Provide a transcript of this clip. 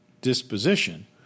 disposition